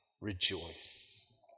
rejoice